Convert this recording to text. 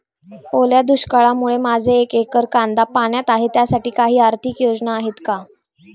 ओल्या दुष्काळामुळे माझे एक एकर कांदा पाण्यात आहे त्यासाठी काही आर्थिक योजना आहेत का?